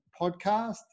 podcast